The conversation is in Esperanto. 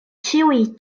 ĉiuj